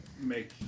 Make